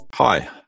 Hi